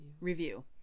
Review